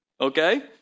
Okay